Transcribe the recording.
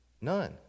None